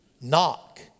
knock